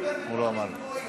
הוא דיבר בטונים גבוהים.